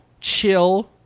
chill